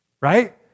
Right